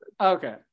okay